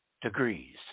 degrees